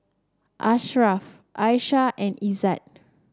Asharaff Aisyah and Izzat